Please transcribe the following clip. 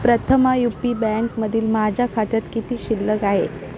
प्रथमा U P बँकमधील माझ्या खात्यात किती शिल्लक आहे